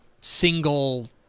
single